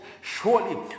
surely